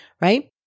right